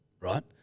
right